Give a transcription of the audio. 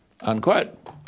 unquote